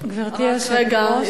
רגע,